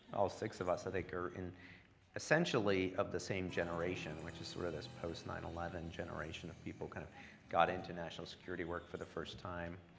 all six of us, i think, are essentially of the same generation, which is sort of this post nine eleven generation of people kind of got international security work for the first time